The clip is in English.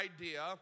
idea